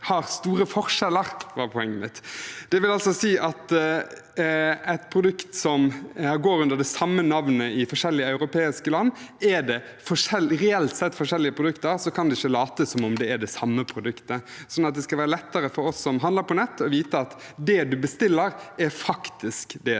vil si at om produkt som går under samme navn i forskjellige europeiske land, reelt sett er forskjellige produkt, kan man ikke late som om det er det samme produktet. Det skal altså være lettere for oss som handler på nett, å vite at det man bestiller, faktisk er det man bestiller.